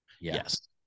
Yes